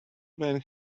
van